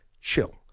Chill